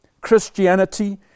Christianity